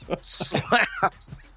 Slaps